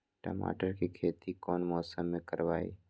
टमाटर की खेती कौन मौसम में करवाई?